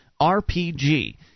RPG